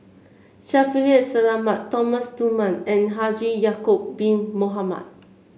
Shaffiq Selamat Thomas Dunman and Haji Ya'acob Bin Mohamed